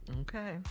Okay